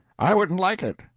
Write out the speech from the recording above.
i wouldn't like it.